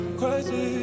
crazy